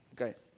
Okay